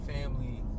family